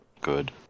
good